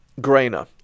Grainer